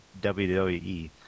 WWE